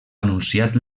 anunciat